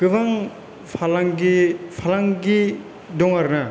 गोबां फालांगि फालांगि दं आरो ना